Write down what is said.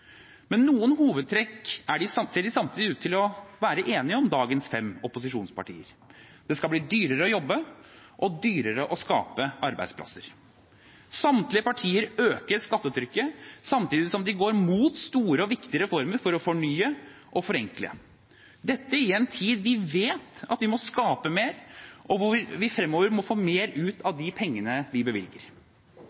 Men samtidig ser dagens fem opposisjonspartier ut til å være enige om noen hovedtrekk: Det skal bli dyrere å jobbe og dyrere å skape arbeidsplasser. Samtlige partier øker skattetrykket samtidig som de går mot store og viktige reformer for å fornye og forenkle – dette i en tid da vi vet at vi må skape mer, og hvor vi fremover må få mer ut